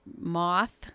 moth